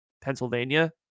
Pennsylvania